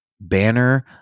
Banner